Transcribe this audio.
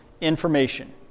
information